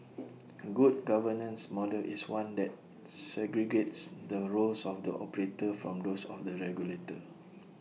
A good governance model is one that segregates the roles of the operator from those of the regulator